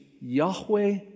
Yahweh